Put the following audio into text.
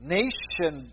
nation